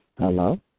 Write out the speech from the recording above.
Hello